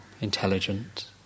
intelligent